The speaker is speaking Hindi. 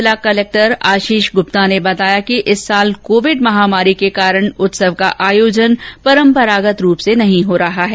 जिला कलक्टर आशीष गुत्ता ने बताया कि इस साल कोविड महामारी के कारण उत्सव का आयोजन परम्परागत रूप से नहीं हो रहा है